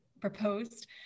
proposed